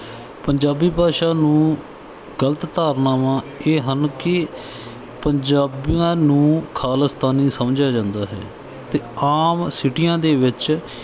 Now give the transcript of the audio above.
ਪੰਜਾਬੀ ਭਾਸ਼ਾ ਨੂੰ ਗਲਤ ਧਾਰਨਾਵਾਂ ਇਹ ਹਨ ਕਿ ਪੰਜਾਬੀਆਂ ਨੂੰ ਖਾਲਿਸਤਾਨੀ ਸਮਝਿਆ ਜਾਂਦਾ ਹੈ ਅਤੇ ਆਮ ਸਿਟੀਆਂ ਦੇ ਵਿੱਚ